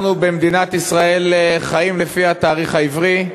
אנחנו, במדינת ישראל, חיים לפי התאריך העברי,